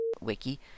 wiki